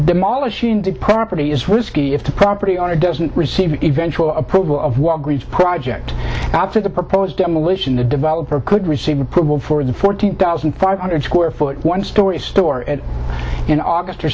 demolishing to property is risky if the property owner doesn't receive eventual approval of walgreen's project after the proposed demolition the developer could receive approval for the fourteen thousand five hundred square foot one story store in august or